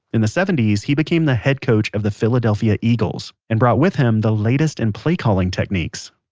in the seventies, he became the head coach of the philadelphia eagles, and brought with him the latest in play calling techniques